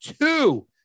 two